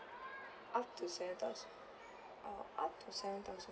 up to seven thousand oh up to seven thousand